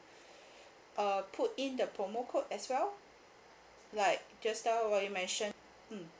uh put in the promo code as well like just now what you mention mm